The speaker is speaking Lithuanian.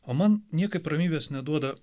o man niekaip ramybės neduoda